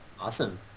Awesome